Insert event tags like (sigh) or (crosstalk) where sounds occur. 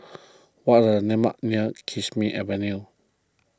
(noise) what are the landmarks near Kismis Avenue